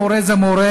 מורה זה מורה.